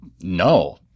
no